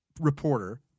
reporter